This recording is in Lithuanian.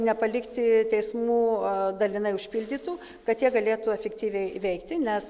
nepalikti teismų dalinai užpildytų kad jie galėtų efektyviai veikti nes